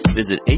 visit